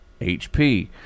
HP